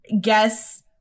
guess